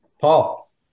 Paul